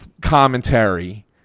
commentary